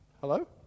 Hello